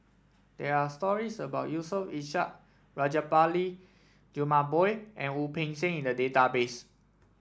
there are stories about Yusof Ishak Rajabali Jumabhoy and Wu Peng Seng in the database